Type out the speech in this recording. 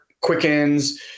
quickens